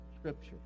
Scripture